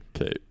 Okay